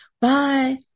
Bye